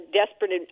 desperate